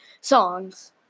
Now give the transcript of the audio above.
songs